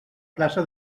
plaça